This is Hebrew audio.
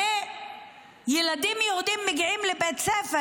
הרי ילדים יהודים מגיעים לבית ספר,